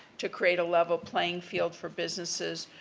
to create a level playing field for businesses,